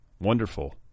wonderful